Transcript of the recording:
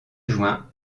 juin